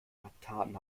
vertan